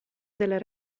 della